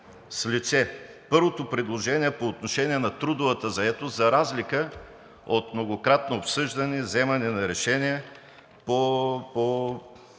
с лице и първото предложение по отношение на трудовата заетост за разлика от многократното обсъждане, вземане на решения по